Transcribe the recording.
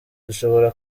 dushobora